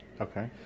Okay